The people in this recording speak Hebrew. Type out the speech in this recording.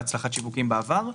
והצלחת שיווקים בעבר.